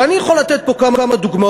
ואני יכול לתת פה כמה דוגמאות,